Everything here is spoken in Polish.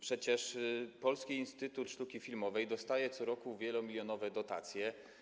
Przecież Polski Instytut Sztuki Filmowej dostaje co roku wielomilionowe dotacje.